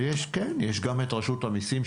ויש גם רשות המיסים,